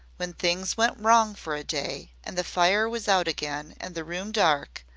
when things went wrong for a day and the fire was out again and the room dark,